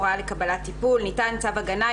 "הוראה לקבלת טיפול הוראת שעה 2א. (א)ניתן צו הגנה,